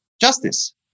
justice